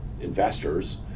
investors